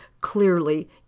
clearly